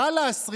חלאס.